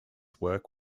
work